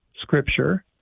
scripture